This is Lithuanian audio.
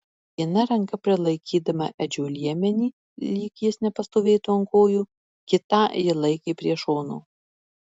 viena ranka prilaikydama edžio liemenį lyg jis nepastovėtų ant kojų kitą ji laikė prie šono